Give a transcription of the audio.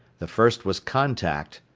the first was contact,